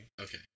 Okay